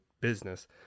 business